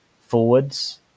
forwards